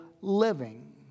living